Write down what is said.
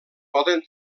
poden